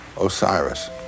Osiris